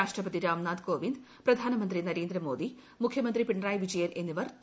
രാഷ്ട്രപതി രാംനാഥ് കോവിന്ദ് പ്രധാനമന്ത്രി നരേന്ദ്രമോദി മുഖ്യമന്ത്രി പിണറായി വിജയൻ എന്നിവർ ടി